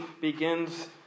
begins